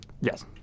Yes